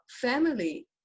family